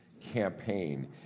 campaign